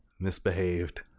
Misbehaved